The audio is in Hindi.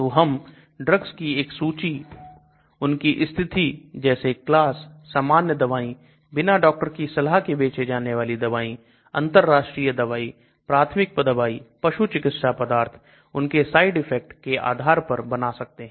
तो हम ड्रग्स की एक सूची उनकी स्थिति जैसे Class सामान्य दवाई बिना डॉक्टर की सलाह के बेचे जाने वाली दवाई अंतरराष्ट्रीय दवाई प्राथमिक दवाई पशु चिकित्सा पदार्थ उनके साइड इफेक्ट के आधार पर बना सकते हैं